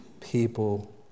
people